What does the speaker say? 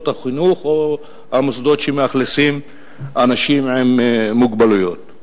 החינוך או במוסדות שמאכלסים אנשים עם מוגבלויות.